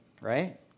right